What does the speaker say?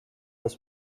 was